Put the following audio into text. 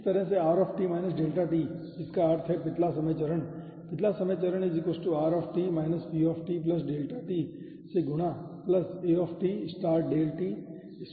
इसी तरह से r डेल्टा t जिसका अर्थ है पिछला समय चरण पिछला समय चरण r v डेल्टा t से गुणा a del t स्क्वायर का आधा